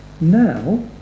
Now